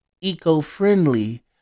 eco-friendly